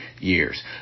years